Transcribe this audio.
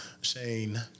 Shane